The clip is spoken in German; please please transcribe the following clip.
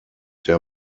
der